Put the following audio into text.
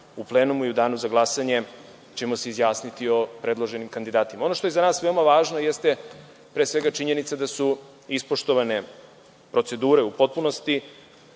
u plenumu i u danu za glasanje ćemo se izjasniti o predloženim kandidatima. Ono što je za nas veoma važno, jeste pre svega činjenica da su ispoštovane procedure u potpunosti